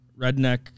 redneck